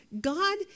God